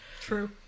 True